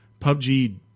PUBG